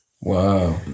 Wow